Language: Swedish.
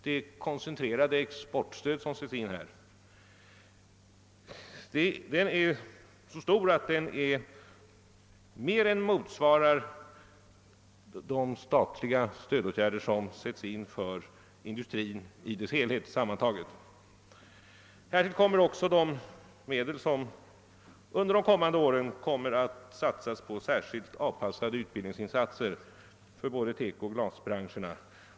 Det koncentrerade exportstöd som här sätts in är av sådan omfattning, att det mer än motsvarar de statliga stödåtgärder som sätts in för industrin i dess helhet. Härtill kommer de medel som under de kommande åren kommer att satsas på särskilt anpassade utbildningsinsatser för både TEKO och glasbranschen.